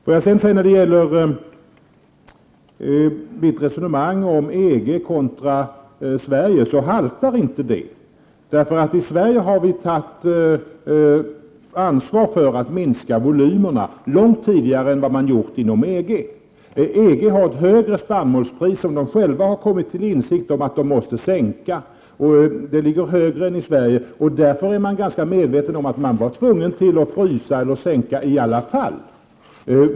Får jag sedan säga att mitt resonemang om EG kontra Sverige inte haltar. I Sverige har vi tagit ansvar för att minska volymerna långt tidigare än vad man har gjort inom EG. EG har ett högre spannmålspris än vi har i Sverige. Man har inom EG kommit till insikten om att det måste sänkas. Man är medveten om att man blir tvungen att frysa eller sänka priset i alla fall.